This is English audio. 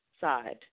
side